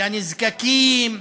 לנזקקים,